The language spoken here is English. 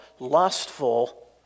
lustful